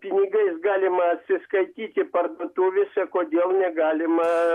pinigais galima atsiskaityti parduotuvėse kodėl negalima